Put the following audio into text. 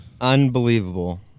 Unbelievable